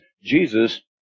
Jesus